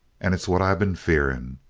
and it's what i been fearing.